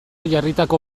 jarritako